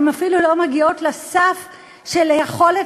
הן אפילו לא מגיעות לסף של היכולת